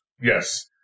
Yes